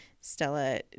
Stella